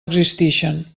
existixen